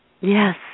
Yes